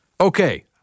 Okay